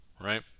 Right